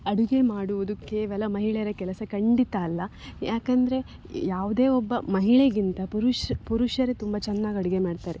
ಅಡುಗೆ ಮಾಡುವುದು ಕೇವಲ ಮಹಿಳೆಯರ ಕೆಲಸ ಖಂಡಿತ ಅಲ್ಲ ಯಾಕೆಂದ್ರೆ ಯಾವುದೇ ಒಬ್ಬ ಮಹಿಳೆಗಿಂತ ಪುರುಷ ಪುರುಷರೇ ತುಂಬ ಚೆನ್ನಾಗಿ ಅಡಿಗೆ ಮಾಡ್ತಾರೆ